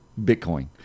bitcoin